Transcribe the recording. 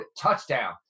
TOUCHDOWN